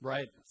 Right